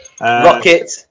Rocket